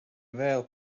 vēl